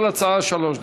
כל הצעה, שלוש דקות.